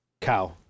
cow